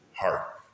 heart